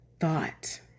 thought